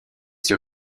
sur